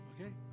Okay